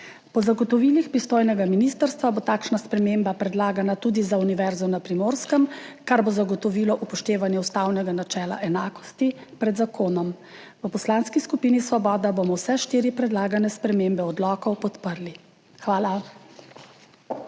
Po zagotovilih pristojnega ministrstva bo takšna sprememba predlagana tudi za Univerzo na Primorskem, kar bo zagotovilo upoštevanje ustavnega načela enakosti pred zakonom. V Poslanski skupini Svoboda bomo vse štiri predlagane spremembe odlokov podprli. Hvala.